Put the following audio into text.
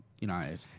united